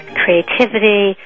creativity